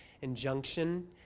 Injunction